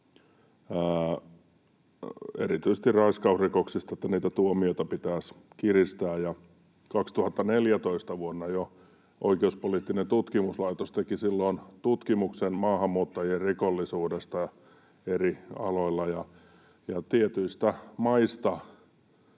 erityisesti raiskausrikoksista, että niitä tuomioita pitäisi kiristää. Vuonna 2014 Oikeuspoliittinen tutkimuslaitos teki tutkimuksen maahanmuuttajien rikollisuudesta eri aloilla, ja tietyistä maista